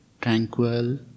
tranquil